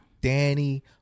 Danny